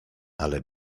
ale